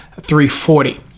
340